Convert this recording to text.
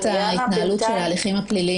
ההתנהלות של ההליכים הפליליים בהקשרים האלה.